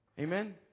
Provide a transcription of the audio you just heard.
Amen